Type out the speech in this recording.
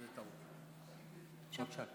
בבקשה.